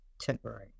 temporary